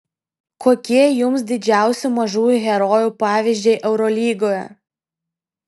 kokie jums didžiausi mažųjų herojų pavyzdžiai eurolygoje